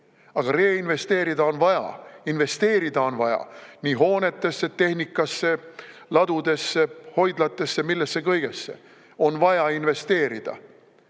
Aga reinvesteerida on vaja, investeerida on vaja hoonetesse, tehnikasse, ladudesse, hoidlatesse – millesse kõigesse on vaja investeerida.